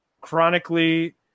chronically